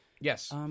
Yes